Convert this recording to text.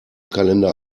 kalender